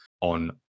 on